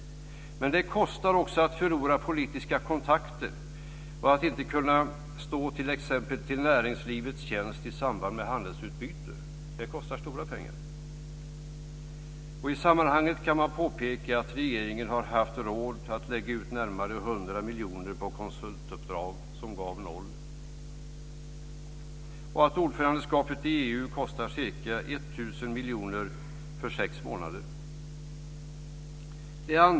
Men det kostar också att förlora politiska kontakter och att t.ex. inte kunna stå till näringslivets tjänst i samband med handelsutbyte. Det kostar stora pengar. I sammanhanget kan man påpeka att regeringen har haft råd att lägga ut närmare 100 miljoner på konsultuppdrag som gav noll och att ordförandeskapet i EU kostar ca 1 000 miljoner för sex månader.